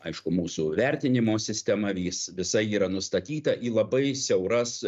aišku mūsų vertinimo sistema vys visa yra nustatyta į labai siauras